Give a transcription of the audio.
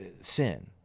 sin